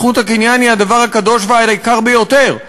זכות הקניין היא הדבר הקדוש והיקר ביותר.